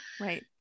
Right